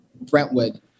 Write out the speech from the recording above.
Brentwood